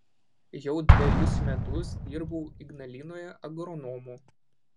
jau dvejus metus dirbau ignalinoje agronomu